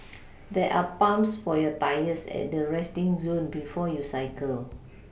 there are pumps for your tyres at the resting zone before you cycle